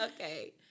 Okay